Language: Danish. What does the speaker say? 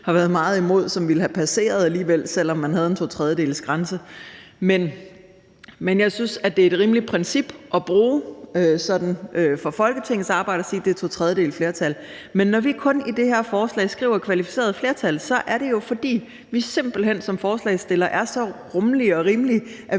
har været meget imod, og som ville have passeret alligevel, selv om man havde en totredjedelesgrænse. Men jeg synes, det er et rimeligt princip at bruge i forhold til Folketingets arbejde at sige, at det er et totredjedelesflertal. Men når vi i det her forslag kun skriver, at det skal være et kvalificeret flertal, er det, fordi vi simpelt hen som forslagsstillere er så rummelige og rimelige,